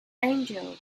angel